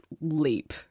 leap